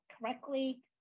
correctly